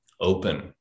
open